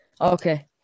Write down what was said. Okay